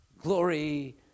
Glory